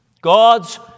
God's